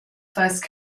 first